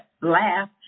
laugh